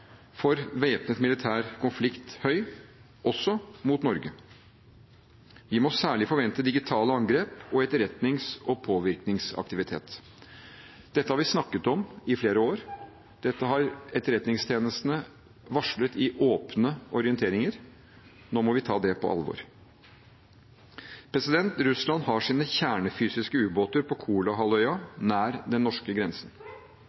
for væpnet militær konflikt, høy – også mot Norge. Vi må særlig forvente digitale angrep og etterretnings- og påvirkningsaktivitet. Dette har vi snakket om i flere år, dette har etterretningstjenestene varslet i åpne orienteringer. Nå må vi ta det på alvor. Russland har sine kjernefysiske ubåter på Kolahalvøya, nær den norske grensen.